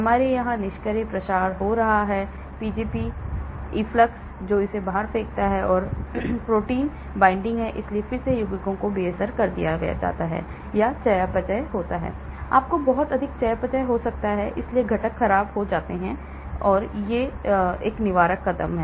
इसलिए हमारे यहां निष्क्रिय प्रसार हो रहा है Pgp efflux जो इसे बाहर फेंकता है तो हमारे पास प्रोटीन बाइंडिंग है इसलिए फिर से यौगिकों को बेअसर कर दिया जाता है या चयापचय होता है आपको बहुत अधिक चयापचय हो सकता है इसलिए घटक खराब हो जाते हैं इसलिए ये हैं निवारक कदम